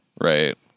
Right